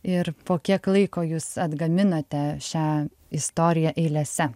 ir po kiek laiko jūs atgaminate šią istoriją eilėse